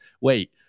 wait